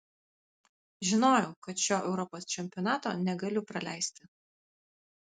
žinojau kad šio europos čempionato negaliu praleisti